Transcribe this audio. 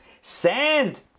Sand